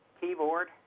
keyboard